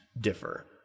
differ